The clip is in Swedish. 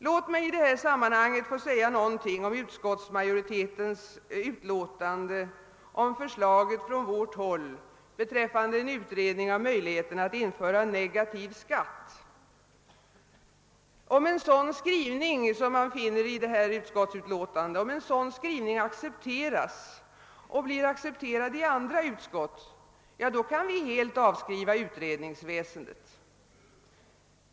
| Låt mig i detta sammanhang få säga någonting om utskottsmajoritetens utlåtande om förslaget från vårt håll beträffande en utredning av möjligheterna att införa negativ skatt. Om en sådan skrivning som man finner i det här utskottsutlåtandet accepteras och blir accepterad i andra utskott, kan vi helt avskriva utredningsväsendet.